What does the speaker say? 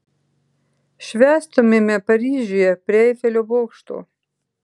švęstumėme paryžiuje prie eifelio bokšto